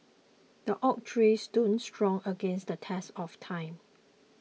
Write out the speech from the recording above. the oak tree stood strong against the test of time